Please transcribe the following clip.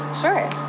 Sure